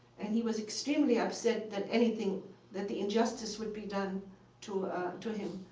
and he was extremely upset that anything that the injustice would be done to to him.